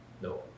No